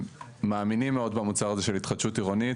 מאמינים מאוד במוצר הזה של התחדשות עירונית.